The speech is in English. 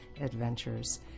adventures